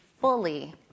fully